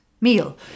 meal